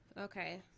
okay